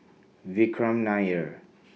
Vikram Nair